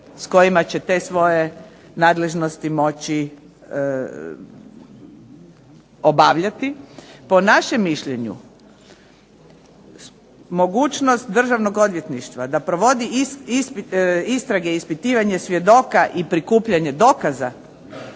s kojima će te svoje nadležnosti moći obavljati. Po našem mišljenju mogućnost Državnog odvjetništva da provodi istrage i ispitivanje svjedoka i prikupljanje dokaza